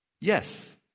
Yes